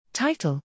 Title